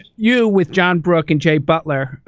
you, with john brook and jay butler,